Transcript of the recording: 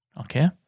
Okay